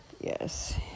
yes